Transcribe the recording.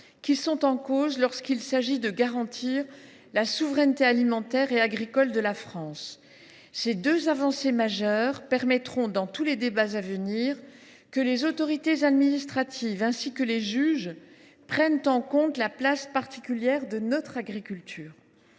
qui sont en cause lorsqu’il s’agit de garantir la souveraineté alimentaire et agricole. Ces deux avancées majeures permettront, dans tous les débats à venir, que les autorités administratives ainsi que les juges prennent en compte la place particulière de notre agriculture.